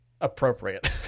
appropriate